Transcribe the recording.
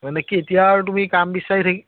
মানে কি এতিয়া আৰু তুমি কাম বিচাৰি থাকি